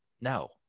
No